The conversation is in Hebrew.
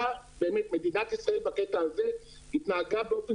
ומדינת ישראל בקטע הזה התנהגה באופן